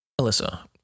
Alyssa